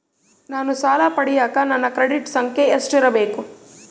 ನಾನು ಸಾಲ ಪಡಿಯಕ ನನ್ನ ಕ್ರೆಡಿಟ್ ಸಂಖ್ಯೆ ಎಷ್ಟಿರಬೇಕು?